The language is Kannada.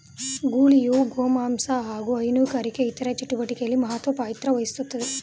ಗೂಳಿಯು ಗೋಮಾಂಸ ಹಾಗು ಹೈನುಗಾರಿಕೆ ಇತರ ಚಟುವಟಿಕೆಲಿ ಮಹತ್ವ ಪಾತ್ರವಹಿಸ್ತದೆ